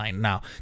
now